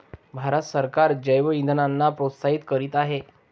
भारत सरकार जैवइंधनांना प्रोत्साहित करीत आहे